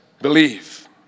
believe